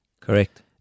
Correct